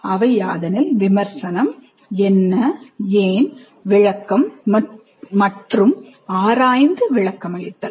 அவை யாதெனில் விமர்சனம் என்ன ஏன் விளக்கம் மற்றும் ஆராய்ந்து விளக்கமளித்தல்